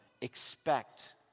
expect